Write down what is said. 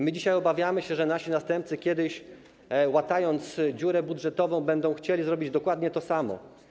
My dzisiaj obawiamy się, że nasi następcy kiedyś, łatając dziurę budżetową, będą chcieli zrobić dokładnie to samo.